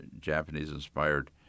Japanese-inspired